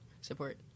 support